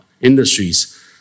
industries